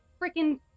freaking